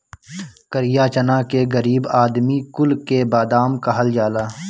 करिया चना के गरीब आदमी कुल के बादाम कहल जाला